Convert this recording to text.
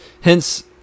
Hence